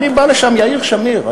אני בא לשם יאיר שמיר,